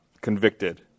convicted